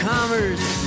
Commerce